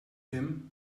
him